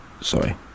sorry